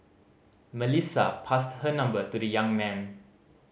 Melissa passed her number to the young man